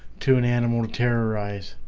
to an animal terrorized,